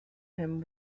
him